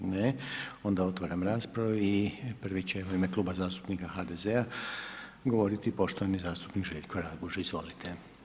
Ne, onda otvaram raspravu i prvi će u ime Kluba zastupnika HDZ-a govoriti poštovani zastupnik Željko Raguž, izvolite.